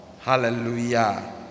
Hallelujah